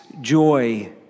joy